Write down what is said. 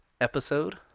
episode